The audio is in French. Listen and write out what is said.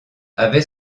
avait